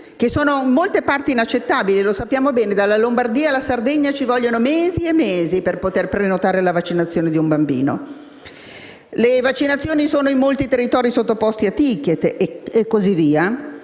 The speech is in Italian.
che sono in molte parti inaccettabili (lo sappiamo bene, dalla Lombardia alla Sardegna ci vogliono mesi e mesi per prenotare la vaccinazione di un bambino, le vaccinazioni sono in molti territori sottoposte a *ticket* e così via),